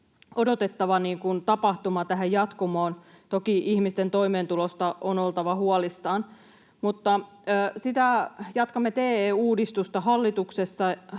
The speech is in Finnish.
odotettava tapahtuma tähän jatkumoon. Toki ihmisten toimeentulosta on oltava huolissaan. Mutta jatkamme TE-uudistusta hallituksen